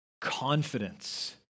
confidence